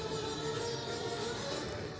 कोणत्या प्रकारची शेती सर्वात किफायतशीर आहे आणि का?